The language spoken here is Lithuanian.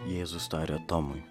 jėzus tarė tomui